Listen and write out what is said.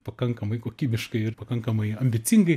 pakankamai kokybiškai ir pakankamai ambicingai